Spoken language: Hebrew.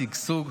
שגשוג,